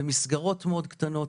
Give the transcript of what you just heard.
במסגרות מאוד קטנות.